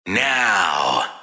Now